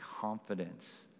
confidence